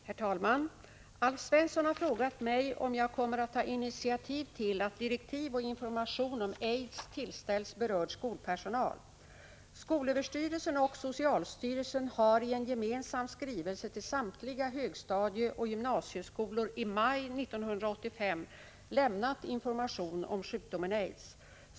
Herr talman! Alf Svensson har frågat mig om jag kommer att ta initiativ till att direktiv och information om aids tillställs berörd skolpersonal. Skolöverstyrelsen och socialstyrelsen har i en gemensam skrivelse till samtliga högstadieoch gymnasieskolor i maj 1985 lämnat information om sjukdomen aids.